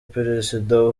perezida